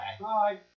Bye